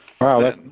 Wow